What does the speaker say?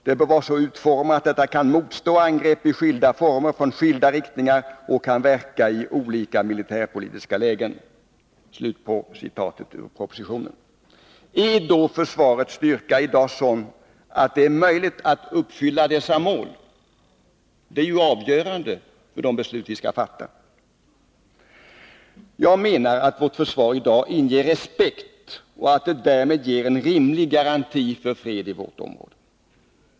Det bör också vara så utformat att det kan motstå angrepp i skilda former från skilda riktningar samt kan verka i olika militärpolitiska lägen.” Är då försvarets styrka i dag sådan att det är möjligt att uppfylla dessa mål? Det är ju avgörande för de beslut vi skall fatta. Jag menar att vårt försvar i dag inger respekt och att det därmed ger en rimlig garanti för fred i vårt område.